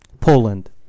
Poland